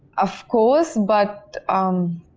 of course but, um,